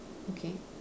okay